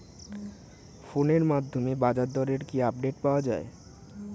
ফোনের মাধ্যমে বাজারদরের কি আপডেট পাওয়া যায়?